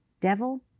devil